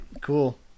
Cool